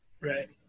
Right